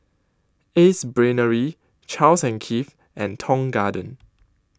Ace Brainery Charles and Keith and Tong Garden